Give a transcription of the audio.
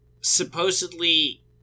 supposedly